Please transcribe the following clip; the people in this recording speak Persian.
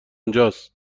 اونجاست